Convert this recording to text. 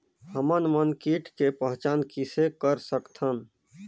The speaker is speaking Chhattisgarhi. हमन मन कीट के पहचान किसे कर सकथन?